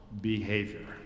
behavior